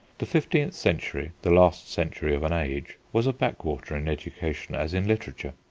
the fifteenth century, the last century of an age, was a backwater in education as in literature.